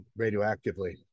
radioactively